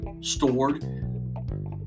stored